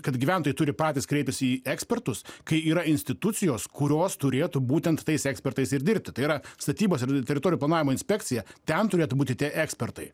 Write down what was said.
kad gyventojai turi patys kreipiasi į ekspertus kai yra institucijos kurios turėtų būtent tais ekspertais ir dirbti tai yra statybos ir teritorijų planavimo inspekcija ten turėtų būti tie ekspertai